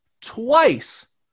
twice